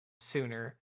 sooner